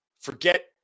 Forget